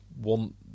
want